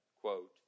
quote